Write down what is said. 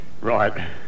Right